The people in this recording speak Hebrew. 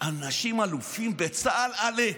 אנשים אלופים בצה"ל, עלק.